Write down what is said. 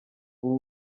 ubu